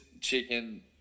chicken